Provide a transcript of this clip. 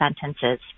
sentences